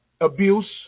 abuse